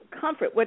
Comfort